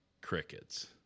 crickets